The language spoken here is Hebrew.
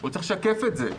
הוא צריך לשקף את זה.